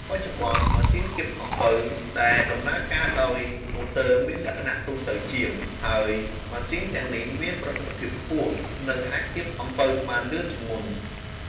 បច្ចុប្បន្ន ម៉ាស៊ីនកៀបអំពៅដែលដំណើរការដោយម៉ូទ័រមានលក្ខណៈទូទៅជាង ហើយម៉ាស៊ីនទាំងនេះមានប្រសិទ្ធភាពខ្ពស់ និងអាចកៀបអំពៅបានលឿនជាងមុន។